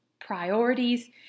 priorities